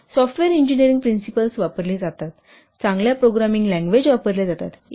software engineering principles वापरली जातात चांगल्या प्रोग्रामिंग लँग्वेज वापरल्या जातात इ